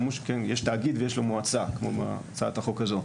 יש תאגיד ויש לו מועצה כמו הצעת החוק הזו,